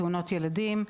תאונות ילדים,